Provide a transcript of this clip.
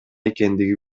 экендиги